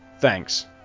Thanks